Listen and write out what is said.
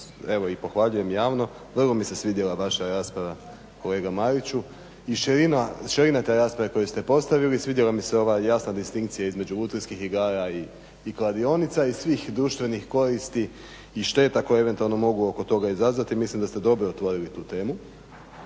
i pohvaljujem javno, vrlo mi se svidjela vaša rasprava kolega Mariću i širina te rasprave koju ste postavili. Svidjela mi se ova jasna distinkcija između lutrijskih igara i kladionica i svih društvenih koristi i šteta koje eventualno mogu oko toga izazvati. I mislim da ste dobro otvorili tu temu